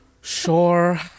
Sure